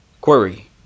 Query